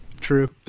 True